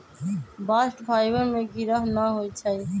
bast fibre में गिरह न होई छै